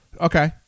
Okay